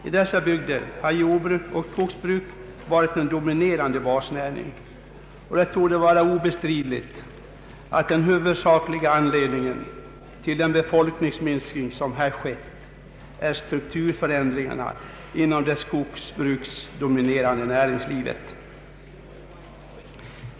I dessa bygder har jordbruk och skogsbruk varit de dominerande basnäringarna, och det torde vara obestridligt att den huvudsakliga anledningen till den befolkningsminskning som här skett är strukturförändringarna inom det skogsbruksdominerade näringslivet.